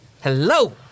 Hello